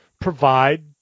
provide